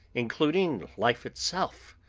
including life itself,